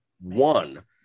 one